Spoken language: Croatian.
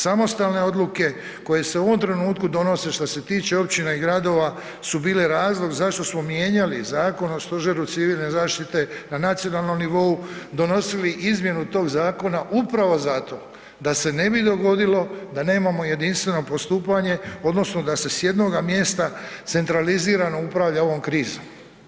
Samostalne odluke koje se u ovom trenutku donose što se tiče općina i gradova su bile razlog zašto smo mijenjali Zakon o Stožeru civilne zaštite na nacionalnom nivou, donosili izmjenu tog zakona upravo zato da se ne bi dogodilo da nemamo jedinstveno postupanje odnosno da se s jednoga mjesta centralizirano upravlja ovom krizom.